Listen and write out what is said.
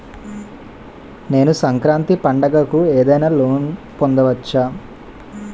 నేను సంక్రాంతి పండగ కు ఏదైనా లోన్ పొందవచ్చా?